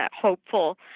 hopeful